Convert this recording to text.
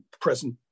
present